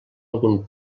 algun